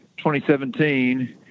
2017